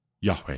Yahweh